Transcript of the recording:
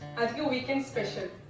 yeah weekend special.